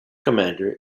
commander